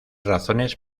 razones